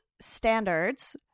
standards